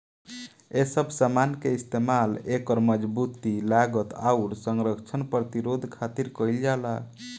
ए सब समान के इस्तमाल एकर मजबूती, लागत, आउर संरक्षण प्रतिरोध खातिर कईल जाला